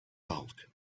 bulk